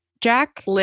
Jack